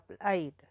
applied